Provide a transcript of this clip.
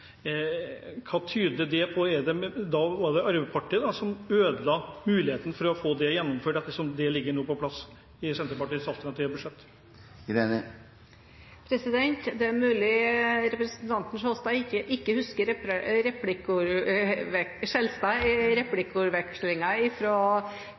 Hva tyder det på – var det da Arbeiderpartiet som ødela muligheten for å få det gjennomført, ettersom det nå ligger på plass i Senterpartiets alternative budsjett? Det er mulig representanten Skjelstad ikke husker